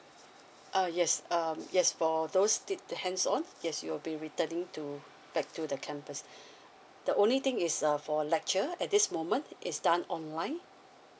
uh yes um yes for those did the hands on yes you'll be returning to back to the campus the only thing is uh for lecture at this moment is done online